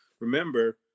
remember